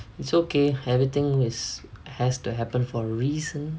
it's okay everything is has to happen for a reason